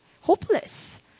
hopeless